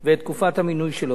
ואת תקופת המינוי שלו.